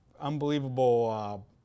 unbelievable